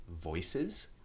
voices